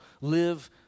Live